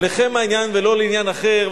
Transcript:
עליכם העניין ולא לעניין אחר,